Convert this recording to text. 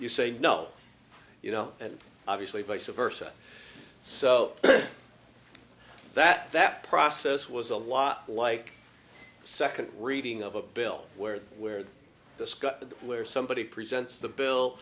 you say no you know and obviously vice versa so that that process was a lot like second reading of a bill where where this got to where somebody presents the bill